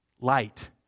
light